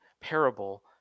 parable